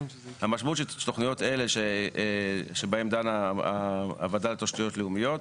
המשמעות של תוכניות אלה שבהן דנה הוועדה לתשתיות לאומיות,